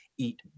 eat